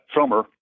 summer